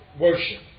worship